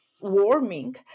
warming